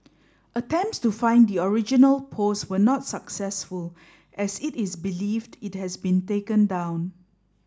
attempts to find the original post were not successful as it is believed it has been taken down